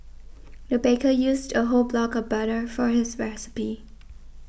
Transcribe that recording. the baker used a whole block of butter for this recipe